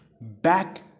back